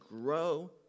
grow